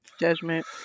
Judgment